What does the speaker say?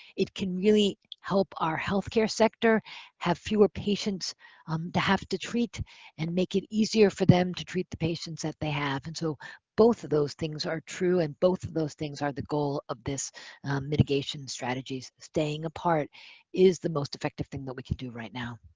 it can really help our healthcare sector have fewer patients um to have to treat and make it easier for them to treat the patients that they have. and so both of those things are true, and both of those things are the goal of this mitigation strategy, staying apart is the most effective thing that we can do right now.